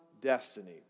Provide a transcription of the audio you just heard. destiny